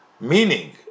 meaning